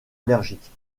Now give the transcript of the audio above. allergiques